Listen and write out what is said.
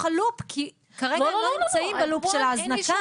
הלופ כי כרגע הם לא נמצאים בלופ של ההזנקה.